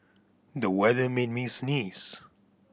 the weather made me sneeze